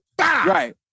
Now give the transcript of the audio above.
Right